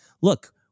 look